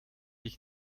ich